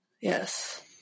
Yes